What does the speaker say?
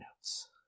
notes